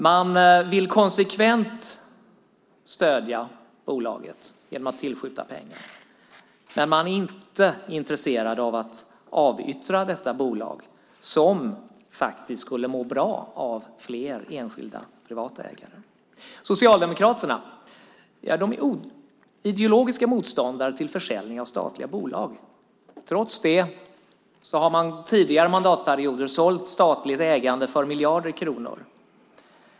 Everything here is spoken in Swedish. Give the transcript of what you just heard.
Man vill konsekvent stödja bolaget genom att tillskjuta pengar. Men man är inte intresserad av att avyttra detta bolag, som faktiskt skulle må bra av fler enskilda, privata ägare. Socialdemokraterna är ideologiska motståndare till försäljning av statliga bolag. Trots det har man tidigare mandatperioder sålt statligt ägande för miljarder kronor.